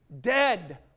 Dead